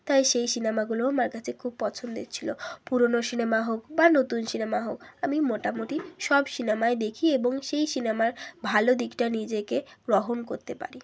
তাই সেই সিনেমাগুলোও আমার কাছে খুব পছন্দের ছিলো পুরনো সিনেমা হোক বা নতুন সিনেমা হোক আমি মোটামুটি সব সিনেমাই দেখি এবং সেই সিনেমার ভালো দিকটা নিজেকে গ্রহণ করতে পারি